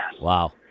Wow